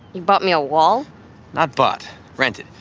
he bought me a wall i bought rented.